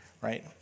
Right